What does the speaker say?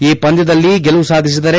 ಈ ಪಂದ್ಯದಲ್ಲಿ ಗೆಲುವು ಸಾಧಿಸಿದರೆ